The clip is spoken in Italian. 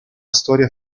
storia